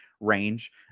range